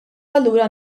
allura